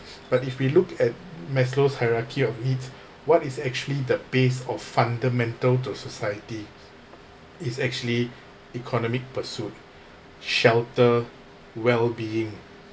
but if we look at maslow's hierarchy of needs what is actually the base of fundamental to society is actually economic pursuit shelter well-being